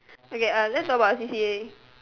okay uh let's talk about c_c_a